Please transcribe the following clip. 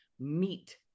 meet